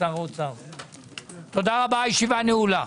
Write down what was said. הישיבה נעולה.